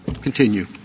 continue